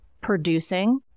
producing